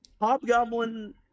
Hobgoblin